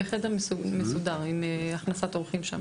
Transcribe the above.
בחדר מסודר, עם הכנסת אורחים.